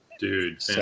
Dude